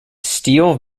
steel